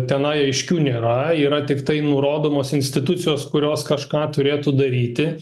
tenai aiškių nėra yra tiktai nurodomos institucijos kurios kažką turėtų daryti